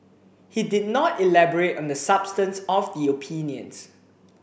he did not elaborate on the substance of the opinions